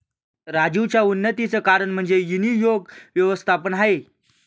राजीवच्या उन्नतीचं कारण म्हणजे विनियोग व्यवस्थापन आहे